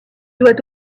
doit